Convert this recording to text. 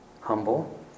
humble